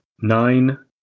nine